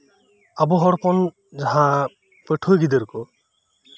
ᱟᱨ ᱦᱚᱲ ᱦᱚᱯᱚᱱ ᱟᱨ ᱯᱟᱹᱴᱷᱩᱣᱟᱹ ᱜᱤᱫᱽᱨᱟᱹ ᱠᱚ